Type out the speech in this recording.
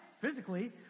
Physically